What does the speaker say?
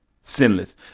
sinless